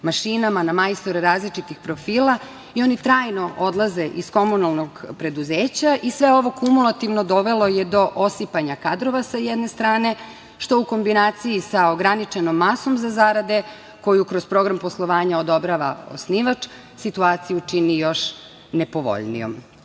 mašinama, na majstore različitih profila i oni trajno odlaze iz komunalnog preduzeća i sve ovo kumulativno dovelo je do osipanja kadrova sa jedne strane, što u kombinaciji sa ograničenom masom za zarade koju kroz program poslovanja odobrava osnivač, situaciju čini još nepovoljnijom. Ja